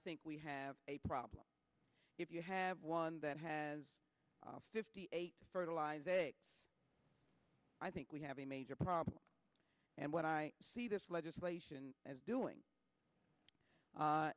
think we have a problem if you have one that has fifty eight fertilized eggs i think we have a major problem and what i see this legislation as doing